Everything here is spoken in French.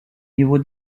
niveau